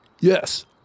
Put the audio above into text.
yes